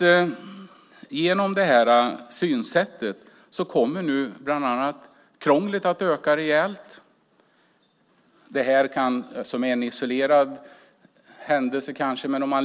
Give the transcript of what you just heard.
Genom detta synsätt kommer krånglet att öka ännu mer.